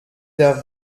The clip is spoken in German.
der